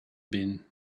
been